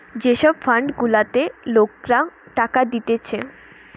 যে সব ফান্ড গুলাতে লোকরা টাকা দিতেছে